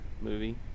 movie